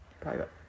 private